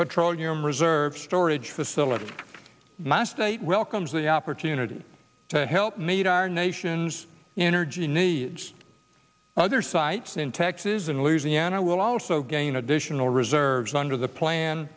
petroleum reserve storage facility my state welcomes the opportunity to help meet our nation's energy needs other sites in texas and louisiana will also gain additional reserves under the plan